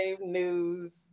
news